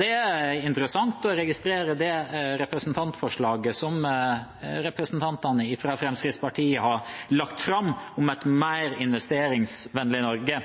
Det er interessant å registrere det representantforslaget som representantene fra Fremskrittspartiet har lagt fram, om et mer investeringsvennlig Norge.